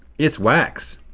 it's wax.